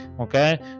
okay